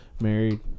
married